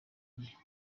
gihe